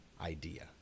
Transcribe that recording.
idea